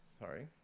Sorry